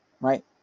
right